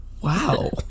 Wow